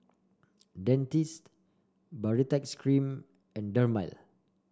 Dentiste Baritex Cream and Dermale